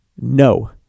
No